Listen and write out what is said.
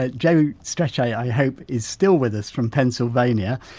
ah joe strechay, i hope, is still with us from pennsylvania.